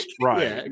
Right